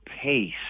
pace